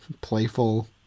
playful